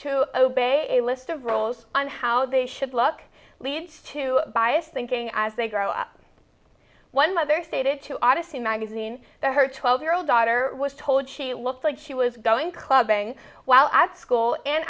to obey a list of rules on how they should look leads to biased thinking as they grow up one mother stated to odyssey magazine that her twelve year old daughter was told she looked like she was going clubbing while at school and